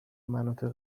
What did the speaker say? مناطق